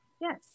Yes